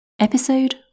Episode